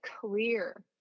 clear